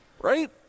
right